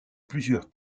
plusieurs